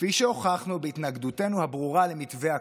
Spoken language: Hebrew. כפי שהוכחנו בהתנגדותנו הברורה למתווה הכותל".